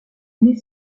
année